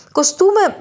costume